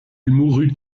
mourut